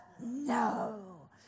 No